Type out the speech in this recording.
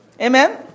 Amen